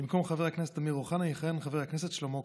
במקום חבר הכנסת אמיר אוחנה יכהן חבר הכנסת שלמה קרעי.